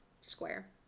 square